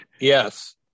Yes